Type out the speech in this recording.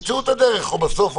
תמצאו את הדרך בסוף,